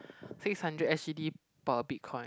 six hundred S_G_D per bitcoin